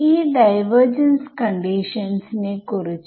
ഈ plane wave നമ്മളെ ഒരു പാട് തവണ സഹായിക്കുന്നു